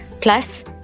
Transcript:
Plus